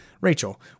Rachel